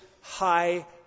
high